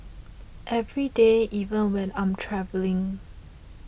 every day even when I'm travelling